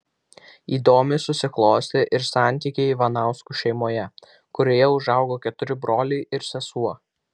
įdomiai susiklostė ir santykiai ivanauskų šeimoje kurioje užaugo keturi broliai ir sesuo